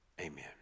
Amen